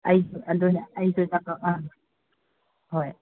ꯑꯩꯁꯨ ꯑꯗꯨꯅ ꯑꯩꯁꯨ ꯆꯥꯛꯀꯧ ꯑꯥ ꯍꯣꯏ